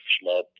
small